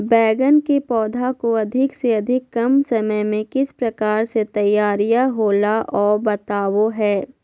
बैगन के पौधा को अधिक से अधिक कम समय में किस प्रकार से तैयारियां होला औ बताबो है?